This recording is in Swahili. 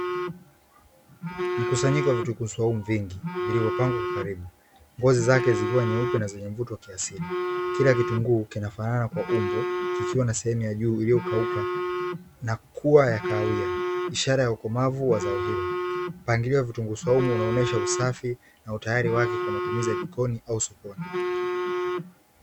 Mkusanyiko wa vitunguu saumu vingi vilivyopangwa kwa ukaribu, ngozi zake zikiwa nyeupe na mvuto wa kiasili. Kila kitunguu kinafanana kwa umbo kikiwa na sehemu ya juu iliyokauka na kuwa ya kahawia, ishara ya ukomavu wa zao hilo. Mpangilio wa vitunguu saumu unaonyesha usafi na utayari wake kwa matumizi ya jikoni au sokoni.